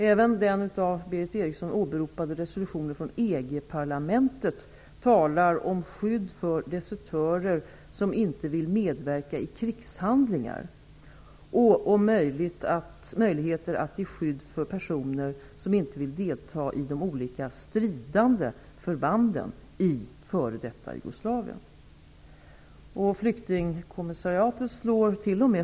Även den av Berith Eriksson åberopade resolutionen från EG-parlamentet talar om skydd för desertörer som inte vill medverka i krigshandlingar och om möjligheter att ge skydd för personer som inte vill delta i de olika stridande förbanden i f.d. Jugoslavien. Flyktingkommissariatet slår t.om.